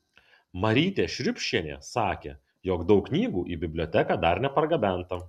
marytė šriubšienė sakė jog daug knygų į biblioteką dar nepargabenta